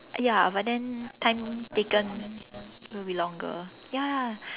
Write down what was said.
ya but then time taken will be longer ya